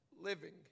living